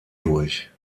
durch